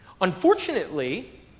Unfortunately